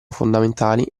fondamentali